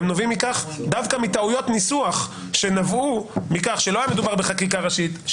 הם נובעים דווקא מטעויות ניסוח שנבעו מכך שלא היה מדובר בחקיקה ראשית,